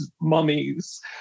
mummies